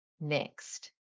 next